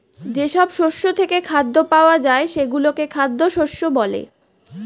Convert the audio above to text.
যেসব শস্য থেকে খাদ্য পাওয়া যায় সেগুলোকে খাদ্য শস্য বলে